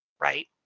right